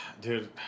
dude